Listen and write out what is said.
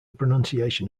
pronunciation